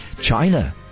China